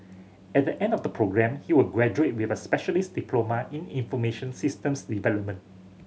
at the end of the programme he will graduate with a specialist diploma in information systems development